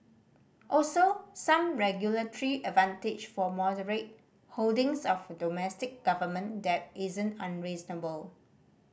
also some regulatory advantage for moderate holdings of domestic government debt isn't unreasonable